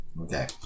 Okay